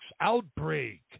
outbreak